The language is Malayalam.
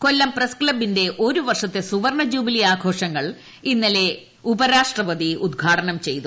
കൊല്ലം പ്രസ് ക്ലബ്ബിന്റെ ഒരു വർഷത്തെ സുവർണ ജൂബിലി ആഘോഷങ്ങൾ ഇന്നലെ ഉപരാഷ്ട്രപതി ഉദ്ഘാടനം ചെയ്തു